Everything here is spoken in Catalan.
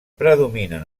predominen